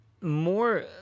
more